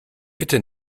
bitte